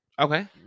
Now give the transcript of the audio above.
Okay